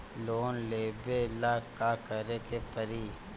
Loan लेबे ला का करे के पड़ी?